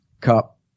Cup